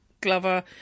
Glover